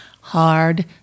hard